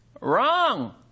Wrong